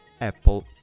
Apple